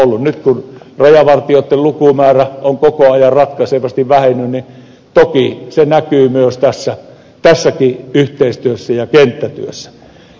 nyt kun rajavartioitten lukumäärä on koko ajan ratkaisevasti vähentynyt niin toki se näkyy myös tässäkin yhteistyössä ja kenttätyössä